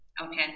Okay